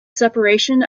separation